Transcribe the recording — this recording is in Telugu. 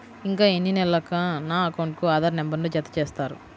ఇంకా ఎన్ని నెలలక నా అకౌంట్కు ఆధార్ నంబర్ను జత చేస్తారు?